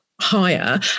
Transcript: higher